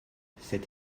cette